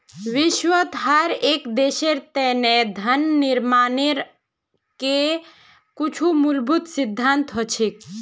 विश्वत हर एक देशेर तना धन निर्माणेर के कुछु मूलभूत सिद्धान्त हछेक